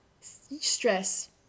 Stress